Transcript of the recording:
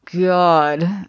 God